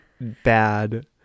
bad